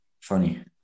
funny